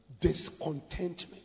discontentment